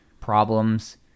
problems